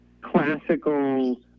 classical